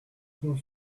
port